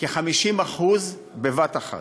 50% בבת-אחת.